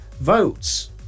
votes